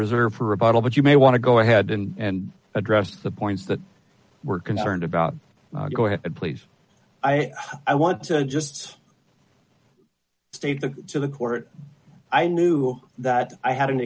reserve for rebuttal but you may want to go ahead and address the points that we're concerned about go ahead please i i want to just state the to the court i knew that i had an